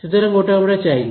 সুতরাং ওটা আমরা চাই না